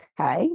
okay